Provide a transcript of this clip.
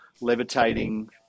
levitating